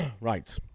right